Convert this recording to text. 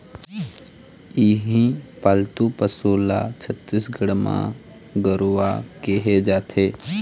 इहीं पालतू पशु ल छत्तीसगढ़ म गरूवा केहे जाथे